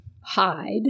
hide